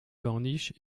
corniche